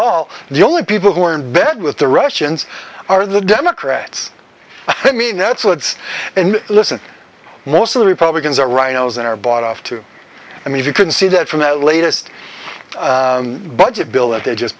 all the only people who are in bed with the russians are the democrats i mean that's what's and listen most of the republicans are rhinos and are bought off to i mean you can see that from the latest budget bill that they just